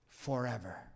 Forever